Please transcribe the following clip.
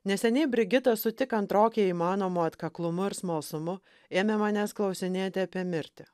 neseniai brigita su tik antrokei įmanomu atkaklumu ir smalsumu ėmė manęs klausinėti apie mirtį